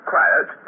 Quiet